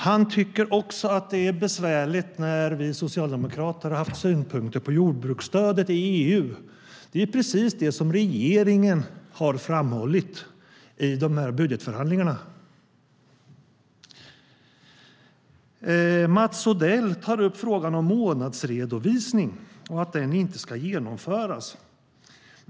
Han tycker också att det är besvärligt när vi socialdemokrater har synpunkter på jordbruksstödet i EU. Men det är precis detta som regeringen har framhållit i budgetförhandlingarna. Mats Odell tar upp frågan om att månadsredovisning inte ska genomföras.